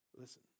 Listen